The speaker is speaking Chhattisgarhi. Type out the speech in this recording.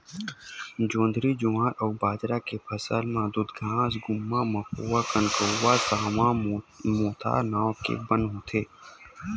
जोंधरी, जुवार अउ बाजरा के फसल म दूबघास, गुम्मा, मकोया, कनकउवा, सावां, मोथा नांव के बन होथे